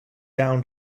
down